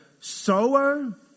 sower